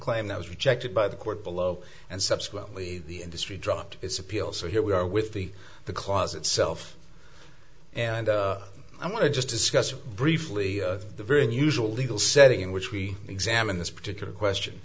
claim that was rejected by the court below and subsequently the industry dropped its appeal so here we are with the the clause itself and i want to just discuss briefly the very unusual legal setting in which we examine this particular question